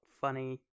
funny